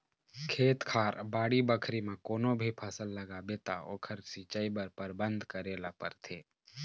खेत खार, बाड़ी बखरी म कोनो भी फसल लगाबे त ओखर सिंचई बर परबंध करे ल परथे